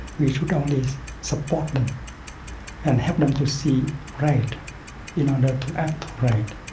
we should only support them and help them to see right in order to act right